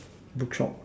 bookshop